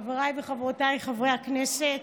חבריי וחברותיי חברי הכנסת,